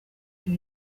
byo